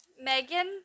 Megan